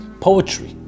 poetry